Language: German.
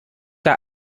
der